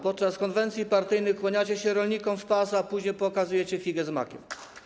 Podczas konwencji partyjnych kłaniacie się rolnikom w pas, a później pokazujecie figę z makiem.